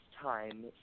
time